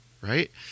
right